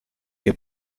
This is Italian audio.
che